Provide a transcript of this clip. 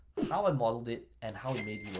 how i model it and how it made me